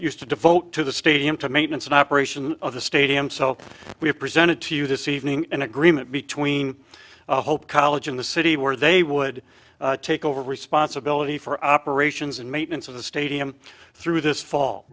used to devote to the stadium to maintenance and operation of the stadium so we have presented to you this evening an agreement between hope college in the city where they would take over responsibility for operations and maintenance of the stadium through this fall